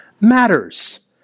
matters